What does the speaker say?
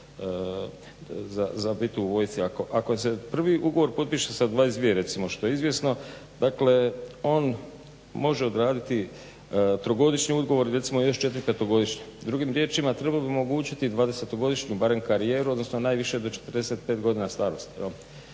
za biti u vojsci. Ako se prvi ugovor potpiše sa 22 recimo što je izvjesno, dakle on može odraditi trogodišnji ugovor i recimo još četiri petogodišnja. Drugim riječima, trebamo omogućiti 20-godišnju barem karijeru, odnosno najviše do 45 godina starosti